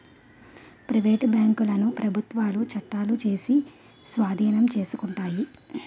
private బ్యాంకులను ప్రభుత్వాలు చట్టాలు చేసి స్వాధీనం చేసుకుంటాయి